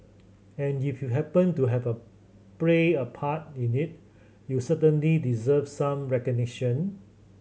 and if you happened to have a played a part in it you certainly deserve some recognition